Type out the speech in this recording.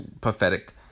pathetic